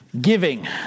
giving